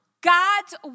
God's